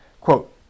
quote